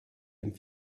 dem